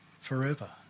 forever